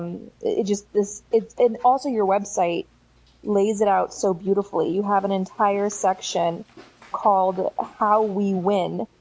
um it just this, it's and also your website lays it out so beautifully. you have an entire section called how we win,